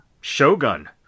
Shogun